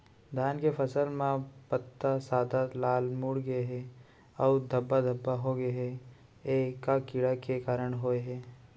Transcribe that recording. धान के फसल म पत्ता सादा, लाल, मुड़ गे हे अऊ धब्बा धब्बा होगे हे, ए का कीड़ा के कारण होय हे?